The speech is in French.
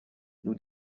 nous